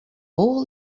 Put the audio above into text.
all